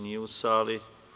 Nije u sali.